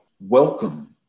welcome